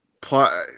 Plot